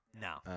No